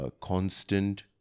constant